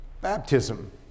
Baptism